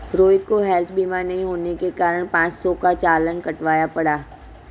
रोहित को हैल्थ बीमा नहीं होने के कारण पाँच सौ का चालान कटवाना पड़ा